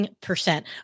percent